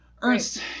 Ernst